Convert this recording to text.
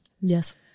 Yes